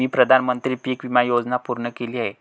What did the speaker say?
मी प्रधानमंत्री पीक विमा योजना पूर्ण केली आहे